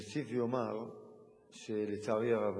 אני אוסיף ואומר שלצערי הרב,